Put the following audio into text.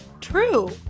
True